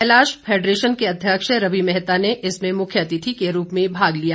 Kailash federation के अध्यक्ष रवि मेहता ने इसमें मुख्य अतिथि के रूप में भाग लिया